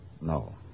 No